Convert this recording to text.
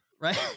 Right